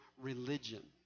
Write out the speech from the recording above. religion